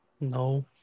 No